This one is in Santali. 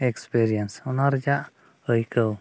ᱚᱱᱟ ᱨᱮᱭᱟᱜ ᱟᱹᱭᱠᱟᱹᱣ